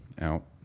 out